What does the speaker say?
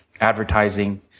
advertising